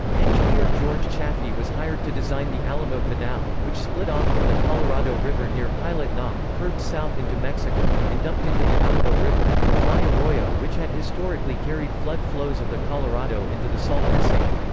engineer george chaffey was hired to design the alamo canal, which split off from the colorado river near pilot knob, curved south into mexico, and dumped into the alamo river, a dry arroyo which had historically carried flood flows of the colorado into the salton sink.